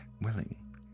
willing